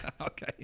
Okay